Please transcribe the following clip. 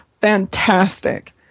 fantastic